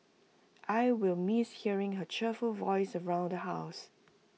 I will miss hearing her cheerful voice around the house